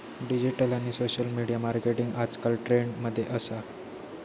digital आणि social media marketing आजकल trend मध्ये असा